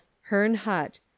Hernhut